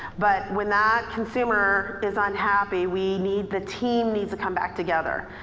but when that consumer is unhappy we need, the team needs to come back together.